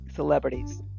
celebrities